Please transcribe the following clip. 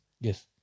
Yes